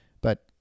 but-